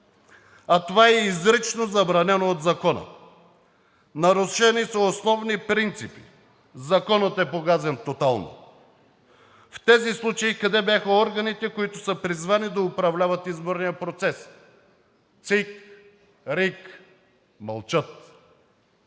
а това е изрично забранено от закона. Нарушени са основни принципи, законът е погазен тотално. В тези случаи къде бяха органите, които са призвани да управляват изборния процес? ЦИК, РИК – мълчат!